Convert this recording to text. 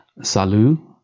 salu